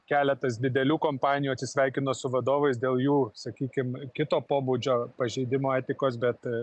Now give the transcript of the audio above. keletas didelių kompanijų atsisveikino su vadovais dėl jų sakykim kito pobūdžio pažeidimo etikos bet